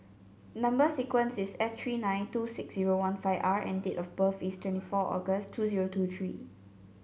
number sequence is S three nine two six zero one five R and date of birth is twenty four August two zero two three